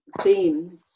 team